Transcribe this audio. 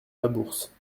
labourse